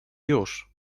już